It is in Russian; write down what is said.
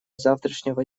завтрашнего